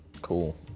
Cool